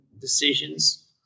decisions